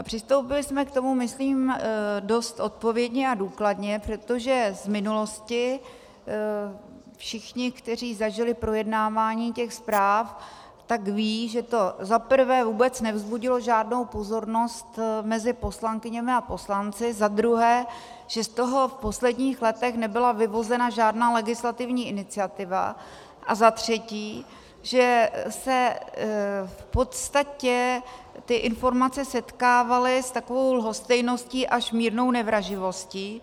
Přistoupili jsme k tomu myslím dost odpovědně a důkladně, protože v minulosti všichni, kteří zažili projednávání těch zpráv, tak vědí, že to zaprvé vůbec nevzbudilo žádnou pozornost mezi poslankyněmi a poslanci, zadruhé že z toho v posledních letech nebyla vyvozena žádná legislativní iniciativa a zatřetí že se v podstatě ty informace setkávaly s takovou lhostejností, až mírnou nevraživostí.